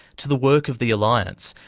to the work of the alliance,